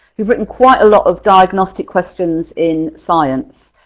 they've written quite a lot of diagnostic questions in science